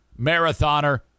marathoner